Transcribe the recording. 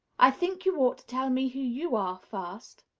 i think you ought to tell me who you are, first.